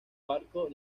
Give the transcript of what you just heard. barco